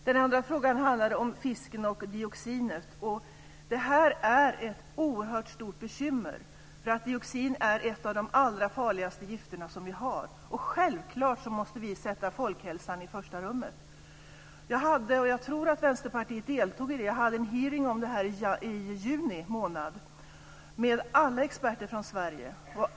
Fru talman! Den andra frågan handlade om fisken och dioxinet. Detta är ett oerhört stort bekymmer. Dioxin är nämligen ett av de allra farligaste gifter som vi har. Självklart måste vi sätta folkhälsan i första rummet. Vi hade en hearing om detta i juni månad med alla experter från Sverige, där jag tror att Vänsterpartiet deltog.